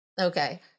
Okay